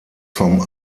vom